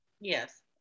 Yes